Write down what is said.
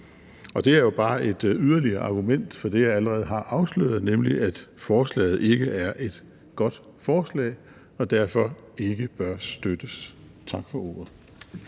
Og det er jo bare et yderligere argument for det, jeg allerede har afsløret, nemlig at forslaget ikke er et godt forslag, og derfor ikke bør støttes. Tak for ordet.